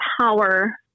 power